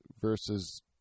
versus